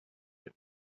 get